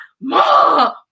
mom